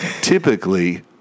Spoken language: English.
typically